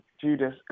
Judas